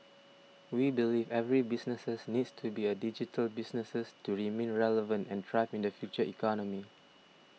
we believe every businesses needs to be a digital businesses to remain relevant and thrive in the future economy